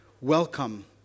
welcome